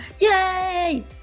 Yay